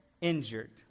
injured